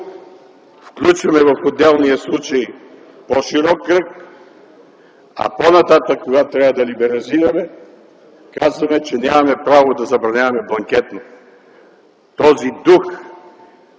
включваме по-широк кръг, а по-нататък, когато трябва да либерализираме, казваме, че нямаме право да забраняваме бланкетно. Този дух